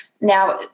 Now